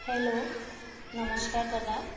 hello নমস্কাৰ দাদা